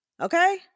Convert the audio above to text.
Okay